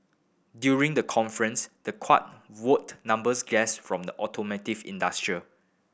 during the conference the kart wowed numbers guest from the automotive industrial